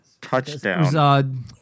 Touchdown